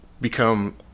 become